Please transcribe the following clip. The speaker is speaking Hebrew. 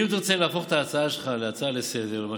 אם תרצה להפוך את ההצעה שלך להצעה לסדר-היום,